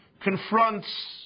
confronts